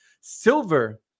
Silver